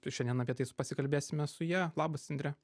šiandien apie tai pasikalbėsime su ja labas indre